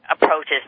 approaches